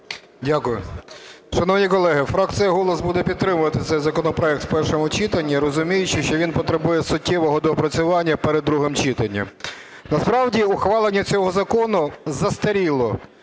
Дякую. Шановні колеги, фракція "Голос" буде підтримувати цей законопроект в першому читанні, розуміючи, що він потребує суттєвого доопрацювання перед другим читанням. Насправді, ухвалення цього закону застаріло.